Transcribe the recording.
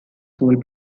full